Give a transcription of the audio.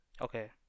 okay